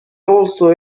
also